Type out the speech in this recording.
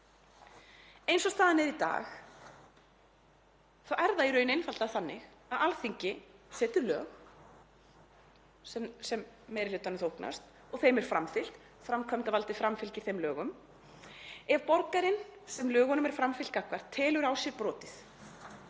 Eins og staðan er í dag þá er það í raun einfaldlega þannig að Alþingi setur lög sem meiri hlutanum þóknast og þeim er framfylgt. Framkvæmdarvaldið framfylgir þeim lögum. Ef borgarinn sem lögunum er framfylgt gagnvart telur á sér brotið